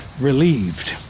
relieved